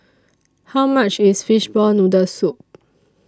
How much IS Fishball Noodle Soup